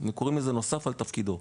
קוראים לזה: נוסף על תפקידו.